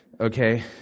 Okay